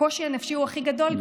הקושי הנפשי הוא הכי גדול,